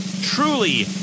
truly